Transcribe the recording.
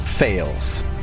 Fails